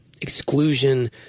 exclusion